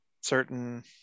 certain